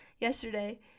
yesterday